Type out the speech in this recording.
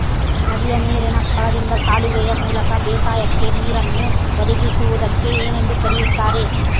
ನದಿಯ ನೇರಿನ ಸ್ಥಳದಿಂದ ಕಾಲುವೆಯ ಮೂಲಕ ಬೇಸಾಯಕ್ಕೆ ನೇರನ್ನು ಒದಗಿಸುವುದಕ್ಕೆ ಏನೆಂದು ಕರೆಯುತ್ತಾರೆ?